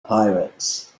pirates